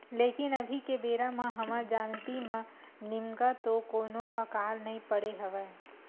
लेकिन अभी के बेरा म हमर जानती म निमगा तो कोनो अकाल नइ पड़े हवय